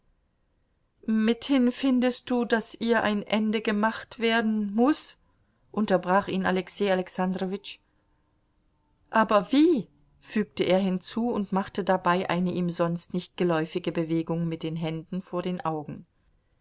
mithin findest du daß ihr ein ende gemacht werden muß unterbrach ihn alexei alexandrowitsch aber wie fügte er hinzu und machte dabei eine ihm sonst nicht geläufige bewegung mit den händen vor den augen